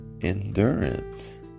endurance